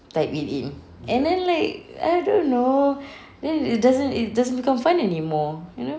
type it in and then like I don't know then it doesn't it doesn't become fun anymore you know